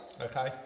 Okay